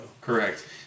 Correct